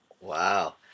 Wow